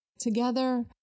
Together